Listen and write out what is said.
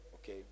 Okay